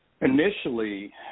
Initially